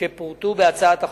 שפורטו בהצעת החוק.